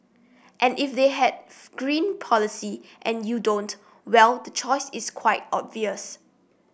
and if they have green policy and you don't well the choice is quite obvious